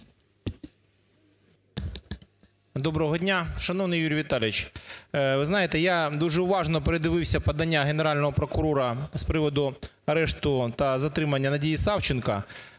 Доброго дня! Шановний Юрій Віталійович, ви знаєте, я дуже уважно передивився Генерального прокурора з приводу арешту та затримання Надії Савченко